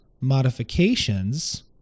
modifications